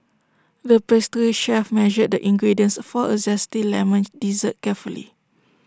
the pastry chef measured the ingredients for A Zesty Lemon Dessert carefully